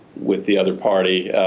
with the other party ah.